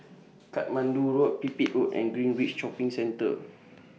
Katmandu Road Pipit Road and Greenridge Shopping Centre